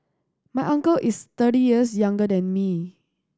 my uncle is thirty years younger than me